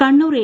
Kannur A